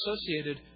associated